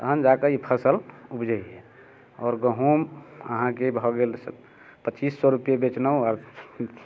तहन जाकऽ ई फसल उपजैए आओर गहुम अहाँके भऽ गेल पचीस सओ रुपये बेचनौ आओर